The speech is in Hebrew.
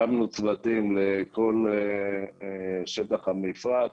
הקמנו צוותים לכל שטח המפרץ